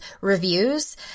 reviews